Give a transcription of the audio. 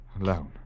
Alone